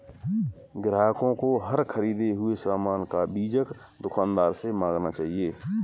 ग्राहकों को हर ख़रीदे हुए सामान का बीजक दुकानदार से मांगना चाहिए